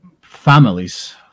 families